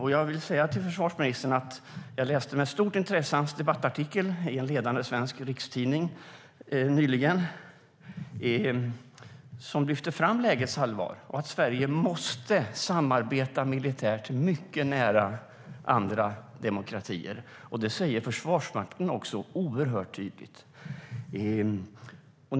Jag vill säga till försvarsministern att jag med stort intresse läste hans debattartikel i en ledande svensk rikstidning nyligen som lyfte fram lägets allvar och att Sverige måste samarbeta militärt mycket nära andra demokratier. Det säger Försvarsmakten också oerhört tydligt.